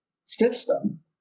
system